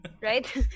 right